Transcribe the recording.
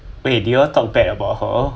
wait did you all talk bad about her